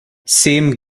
same